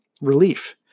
relief